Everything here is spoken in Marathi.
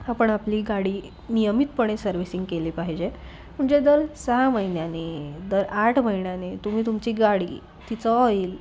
आपण आपली गाडी नियमितपणे सर्व्हिसिंग केली पाहिजे म्हणजे दर सहा महिन्याने दर आठ महिन्याने तुम्ही तुमची गाडी तिचं ऑईल